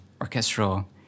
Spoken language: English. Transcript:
orchestral